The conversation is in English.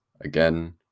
again